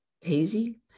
hazy